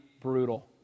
brutal